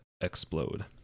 explode